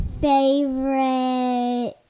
favorite